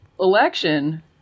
election